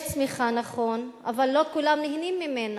יש צמיחה, נכון, אבל לא כולם נהנים ממנה.